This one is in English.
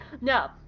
No